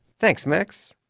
thanks max.